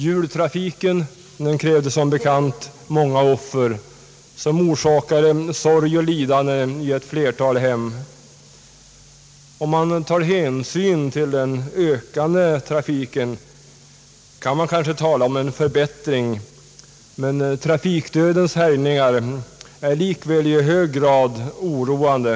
Jultrafiken krävde som bekant många offer, som orsakade sorg och lidande i ett flertal hem. Om man tar hänsyn till den ökande trafiken, kan man kanske tala om en förbättring, men trafikdödens härjningar är likväl i hög grad oroande.